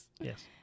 Yes